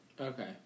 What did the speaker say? Okay